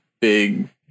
big